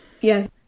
Yes